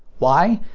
why?